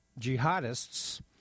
jihadists